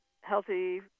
healthy